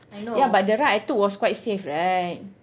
ya but the ride I took was quite safe right